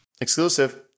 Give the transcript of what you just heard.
exclusive